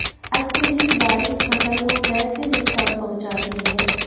अत्यधिक बारिश फसल को कैसे नुकसान पहुंचाती है?